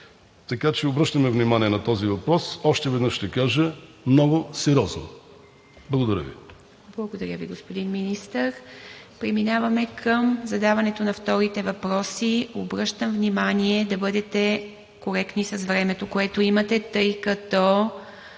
Така че обръщаме внимание на този въпрос и още веднъж ще кажа: много сериозно. Благодаря Ви. ПРЕДСЕДАТЕЛ ИВА МИТЕВА: Благодаря Ви, господин Министър. Преминаваме към задаването на вторите въпроси. Обръщам внимание да бъдете коректни с времето, което имате, тъй като